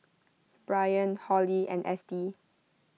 Brian Holly and Estie